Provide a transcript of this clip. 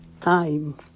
time